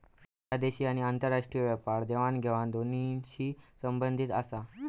ह्या देशी आणि आंतरराष्ट्रीय व्यापार देवघेव दोन्हींशी संबंधित आसा